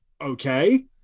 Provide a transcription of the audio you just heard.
Okay